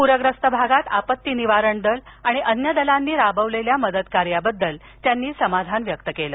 प्रग्रस्त भागात आपत्ती निवारण दल आणि अन्य दलांनी राबवलेल्या मदत कार्याबद्दल त्यांनी समाधान व्यक्त केलं